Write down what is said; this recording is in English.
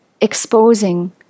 exposing